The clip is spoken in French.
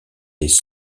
des